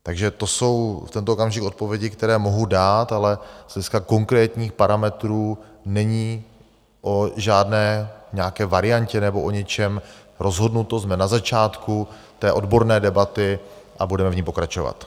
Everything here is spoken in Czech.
Takže to jsou v tento okamžik odpovědi, které mohu dát, ale z hlediska konkrétních parametrů není o žádné, nějaké variantě nebo o něčem rozhodnuto, jsme na začátku odborné debaty a budeme v ní pokračovat.